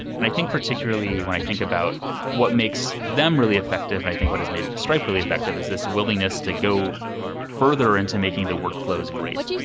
and i think particularly when i think about what makes them really effective and i think what has made stripe really effective is this willingness to go further into making the workflows great.